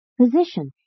Position